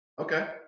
Okay